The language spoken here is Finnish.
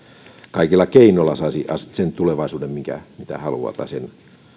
kaikilla keinoilla saisi sen tulevaisuuden mitä haluaa tai sen